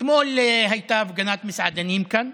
אתמול הייתה הפגנת מסעדנים כאן.